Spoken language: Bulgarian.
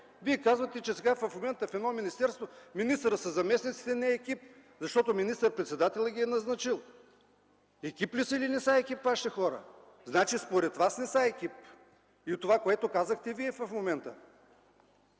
Вие казвате, че сега в момента в едно министерство министърът със заместниците не е екип, защото министър-председателят ги е назначил!? Екип ли са, или не са екип вашите хора? Значи според вас не са екип. Това казахте в момента.